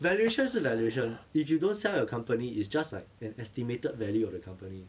valuation 是 valuation if you don't sell your company it's just like an estimated value of the company